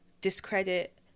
discredit